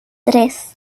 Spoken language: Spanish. tres